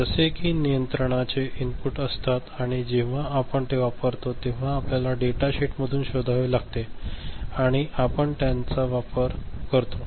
जसे की नियंत्रणाचे इनपुट असतात आणि जेव्हा आपण ते वापरतो तेव्हा आपल्याला डेटा शीटमधून शोधावे लगते आणि आपण त्यांचा वापर करतो